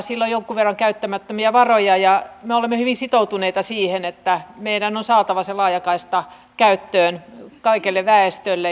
sillä on jonkun verran käyttämättömiä varoja ja me olemme hyvin sitoutuneita siihen että meidän on saatava se laajakaista käyttöön kaikelle väestölle